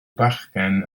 bachgen